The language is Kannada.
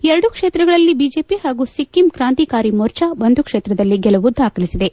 ಎರಡು ಕ್ಷೇತ್ರಗಳಲ್ಲಿ ಬಿಜೆಪಿ ಹಾಗೂ ಸಿಕ್ಕಿಂ ಕ್ರಾಂತಿಕಾರಿ ಮೋರ್ಚ ಒಂದು ಕ್ಷೇತ್ರದಲ್ಲಿ ಗೆಲುವು ದಾಖಲಿಸಿದೆ